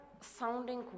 sounding